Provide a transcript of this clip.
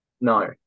No